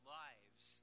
lives